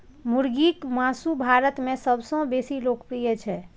मुर्गीक मासु भारत मे सबसं बेसी लोकप्रिय छै